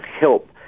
help